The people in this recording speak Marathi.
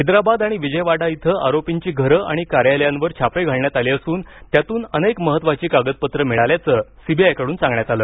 हैदराबाद आणि विजयवाडा इथं आरोपींची घरं आणि कार्यालयांवर छापे घालण्यात आले असून त्यातून अनेक महत्त्वाची कागदपत्रं मिळाल्याचं सीबीआयकडून सांगण्यात आलं